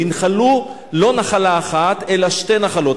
הם ינחלו לא נחלה אחת אלא שתי נחלות.